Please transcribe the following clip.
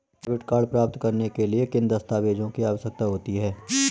Debit card प्राप्त करने के लिए किन दस्तावेज़ों की आवश्यकता होती है?